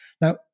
Now